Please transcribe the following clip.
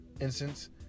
instance